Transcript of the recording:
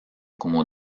como